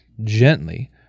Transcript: gently